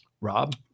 Rob